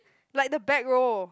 like the back row